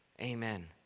Amen